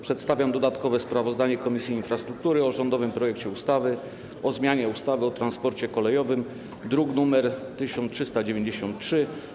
Przedstawiam dodatkowe sprawozdanie Komisji Infrastruktury o rządowym projekcie ustawy o zmianie ustawy o transporcie kolejowym, druk nr 1393.